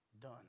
Done